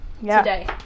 today